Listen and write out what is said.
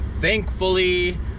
thankfully